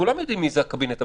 כולם יודעים מי בקבינט הביטחוני.